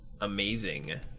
amazing